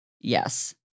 Yes